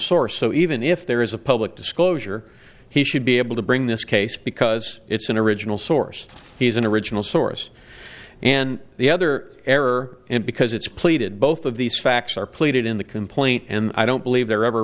source so even if there is a public disclosure he should be able to bring this case because it's an original source he's an original source and the other error and because it's pleaded both of these facts are pleaded in the complaint and i don't believe they're ever